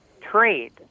trade –